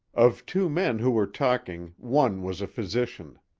of two men who were talking one was a physician.